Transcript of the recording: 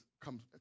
comes